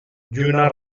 lluna